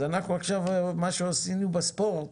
מה שעשינו בספורט,